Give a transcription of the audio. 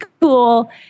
cool